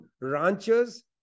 ranchers